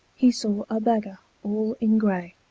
he saw a beggar all in gray.